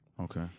okay